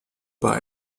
bei